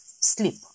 sleep